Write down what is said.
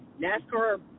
NASCAR